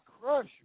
Crush